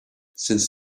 since